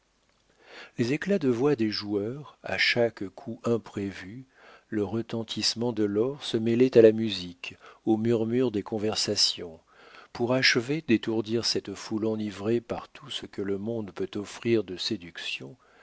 les éclats de voix des joueurs à chaque coup imprévu le retentissement de l'or se mêlaient à la musique au murmure des conversations pour achever d'étourdir cette foule enivrée par tout ce que le monde peut offrir de séductions